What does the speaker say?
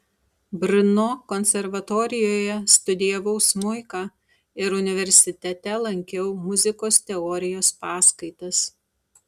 brno konservatorijoje studijavau smuiką ir universitete lankiau muzikos teorijos paskaitas